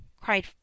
cried